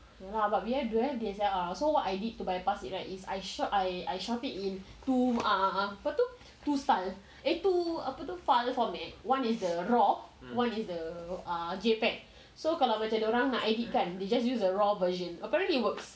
ya lah but we don't have D_S_L_R so what I did to bypass it right is I shot I shot it in two apa tu two style eh two apa tu file format one is the raw one is the uh J_P_E_G so kalau macam dia orang nak edit kan they just use the raw version apparently it works